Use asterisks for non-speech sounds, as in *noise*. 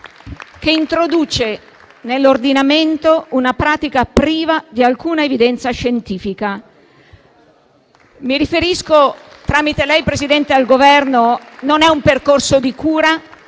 che introduce nell'ordinamento una pratica priva di alcuna evidenza scientifica. *applause* Mi riferisco, tramite lei, Presidente, al Governo: non è un percorso di cura,